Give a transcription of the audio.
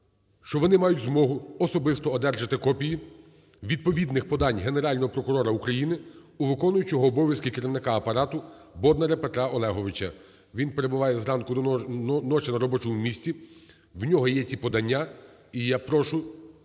що вони мають змогу особисто одержати копії відповідних подань Генерального прокурора України у виконуючого обов'язки Керівника Апарату Боднара Петра Олеговича. Він перебуває зранку до ночі на робочому місці, у нього є ці подання. І я прошу